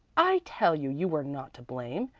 i tell you, you were not to blame.